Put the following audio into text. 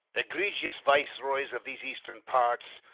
egregious viceroys of these eastern parts,